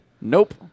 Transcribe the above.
Nope